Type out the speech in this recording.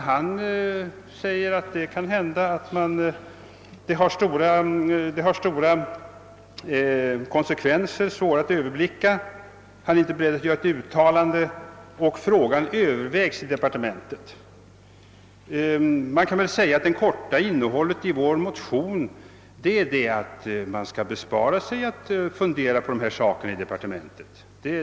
Han säger att det kan hända att konsekvenserna blir storå' och 'att han inte är beredd att göra något direkt uttalande — frågan övervägs i departementet. Innehållet i motionen är helt kort att man skall bespåra sig mödan att fundera på dessa ting i departementet.